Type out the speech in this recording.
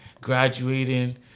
graduating